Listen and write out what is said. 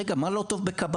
רגע, מה לא טוב בקבלה?